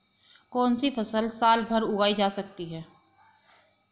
कौनसी फसल साल भर उगाई जा सकती है?